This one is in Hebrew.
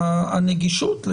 המעסיק עושה מה?